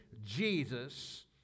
Jesus